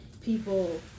people